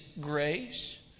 grace